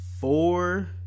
four